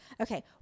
Okay